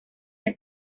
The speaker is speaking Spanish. que